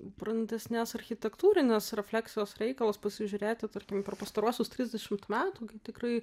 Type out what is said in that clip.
brandesnės architektūrinės refleksijos reikalus pasižiūrėti tarkim per pastaruosius trisdešimt metų kai tikrai